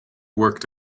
worked